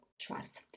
trust